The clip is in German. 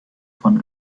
von